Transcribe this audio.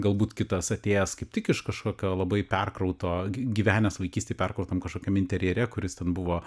galbūt kitas atėjęs kaip tik iš kažkokio labai perkrauto gyvenęs vaikystėj per kur tam kažkokiam interjere kuris ten buvo